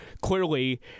clearly –